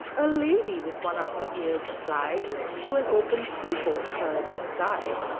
a lady with one of her ears applied to an open keyhole heard, inside,